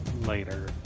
later